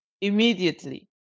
immediately